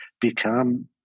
become